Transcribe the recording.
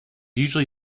usually